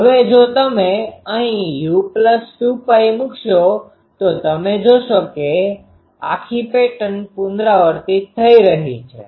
હવે જો તમે અહી u2Π મુકશો તો તમે જોશો કે આખી પેટર્ન પુનરાવર્તિત થઈ રહી છે